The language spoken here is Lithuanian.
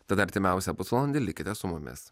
tad artimiausią pusvalandį likite su mumis